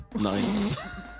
nice